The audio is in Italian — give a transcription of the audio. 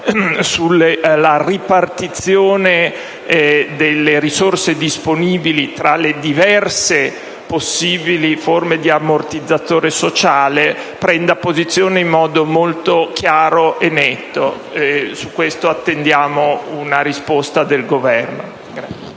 sulla ripartizione delle risorse disponibili tra le diverse possibili forme di ammortizzatore sociale, prenda posizione in modo molto chiaro e netto. Su questo attendiamo una risposta del Governo.